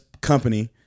company